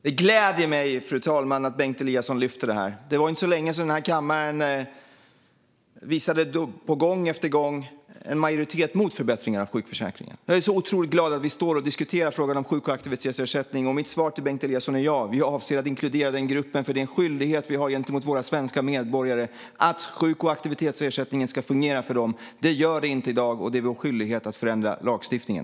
Fru talman! Det gläder mig att Bengt Eliasson lyfter fram det här. Det var inte så länge sedan den här kammaren gång efter gång visade en majoritet mot förbättringar av sjukförsäkringen. Jag är så otroligt glad att vi står och diskuterar frågan om sjuk och aktivitetsersättningen. Mitt svar till Bengt Eliasson är ja, vi avser att inkludera den gruppen. Det är en skyldighet vi har gentemot våra svenska medborgare att sjuk och aktivitetsersättningen ska fungera för dem. Det gör den inte i dag, och det är vår skyldighet att förändra lagstiftningen.